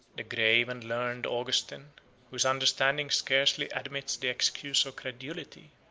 the grave and learned augustin, whose understanding scarcely admits the excuse of credulity,